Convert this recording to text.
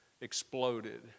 exploded